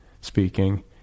speaking